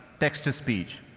textured speech.